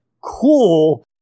cool